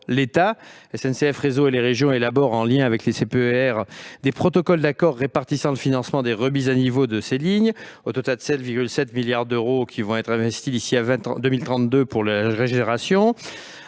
l'État, SNCF Réseau et les régions élaborent, en lien avec les contrats de plan État-région, des protocoles d'accord répartissant le financement des remises à niveau de ces lignes. Au total 7,7 milliards d'euros seront investis d'ici à 2032 pour la régénération.